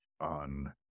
on